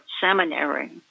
Seminary